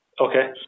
Okay